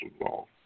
involved